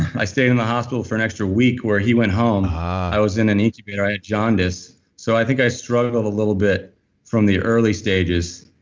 i stayed in the hospital for an extra week where he went home. i was in an incubator, i had jaundice. so, i think i struggled a little bit from the early stages,